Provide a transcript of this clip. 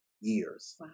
years